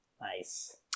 Nice